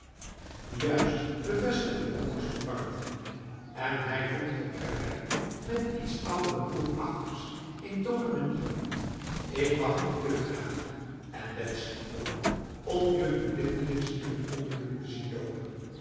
juist bevestigde bronkhorst met warmte en hij voegde erbij met iets oudere broerachtigs in toon en manieren ik mag je te graag en betsy ook om jullie blindelings in het ongeluk te zien lopen